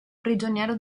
prigioniero